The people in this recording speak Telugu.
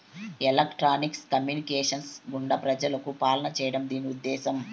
ఎలక్ట్రానిక్స్ కమ్యూనికేషన్స్ గుండా ప్రజలకు పాలన చేయడం దీని ఉద్దేశం